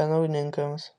kanauninkams